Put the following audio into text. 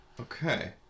Okay